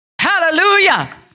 Hallelujah